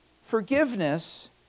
Forgiveness